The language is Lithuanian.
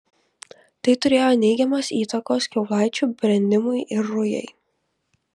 tai turėjo neigiamos įtakos kiaulaičių brendimui ir rujai